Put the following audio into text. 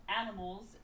animals